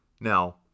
Now